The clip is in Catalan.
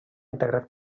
integrat